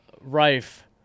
Rife